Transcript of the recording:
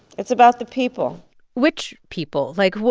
it's about the people which people? like,